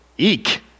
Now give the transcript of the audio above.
Eek